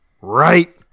right